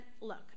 look